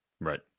Right